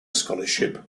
scholarship